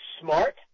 smart